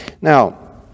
Now